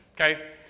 Okay